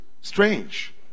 strange